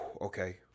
okay